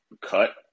cut